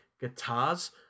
guitars